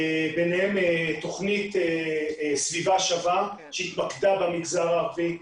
ביניהן תוכנית סביבה שווה שהתמקדה במגזר הערבי,